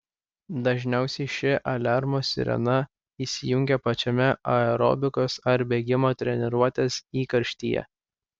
dažniausiai ši aliarmo sirena įsijungia pačiame aerobikos ar bėgimo treniruotės įkarštyje